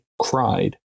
cried